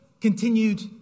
continued